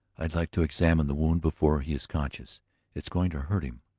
i'd like to examine the wound before he is conscious it's going to hurt him.